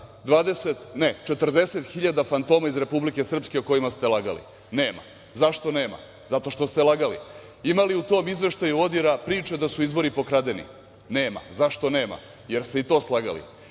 ODIR-a 40 hiljada fantoma iz Republike Srpske o kojima ste lagali? Nema. Zašto nema? Zato što ste lagali. Ima li u tom izveštaju ODIR-a priče da su izbori pokradeni? Nema. Zašto nema? Jer ste i to slagali.